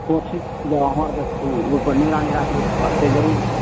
कोशिश जब अहाँ आर कऽ ओहिपर निगरानी राखबै तऽ बढ़तै जरुर